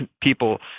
people